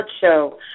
show